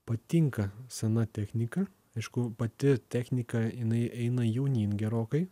patinka sena technika aišku pati technika jinai eina jaunyn gerokai